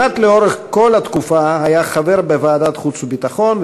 לאורך כל התקופה כמעט היה חבר בוועדת החוץ והביטחון,